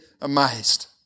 amazed